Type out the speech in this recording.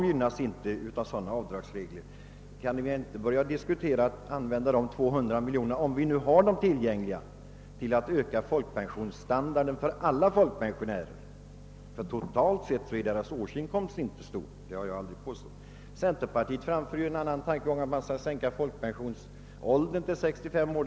Kan vi inte diskutera att i stället använda de 200 miljonerna — om vi nu har dem tillgängliga — till att öka pensionen för alla folkpensionärer? Totalt sett är deras årsinkomst inte stor — det har jag aldrig påstått. Centerpartiet framför en annan tanke, att folkpensionsåldern skall sänkas till 65 år.